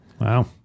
Wow